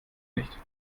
nicht